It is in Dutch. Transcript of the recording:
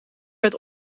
werd